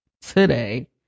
today